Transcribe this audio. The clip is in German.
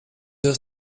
der